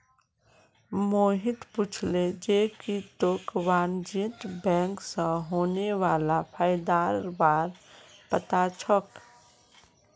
मोहित पूछले जे की तोक वाणिज्यिक बैंक स होने वाला फयदार बार पता छोक